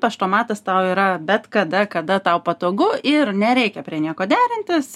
paštomatas tau yra bet kada kada tau patogu ir nereikia prie nieko derintis